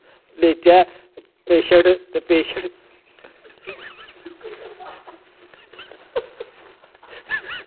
लेचै पेशैंट ते पेशैंट